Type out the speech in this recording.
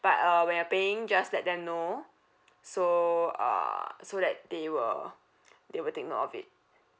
but uh when you are paying just let them know so uh so that they will they will take note of it